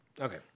Okay